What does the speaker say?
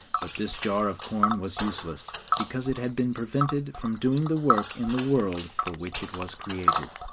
but this jar of corn was useless, because it had been prevented from doing the work in the world for which it was created.